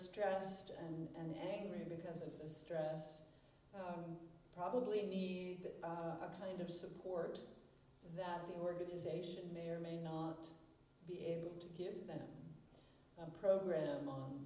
stressed and angry because of the stress probably need that kind of support that the organisation may or may not be able to give them a program on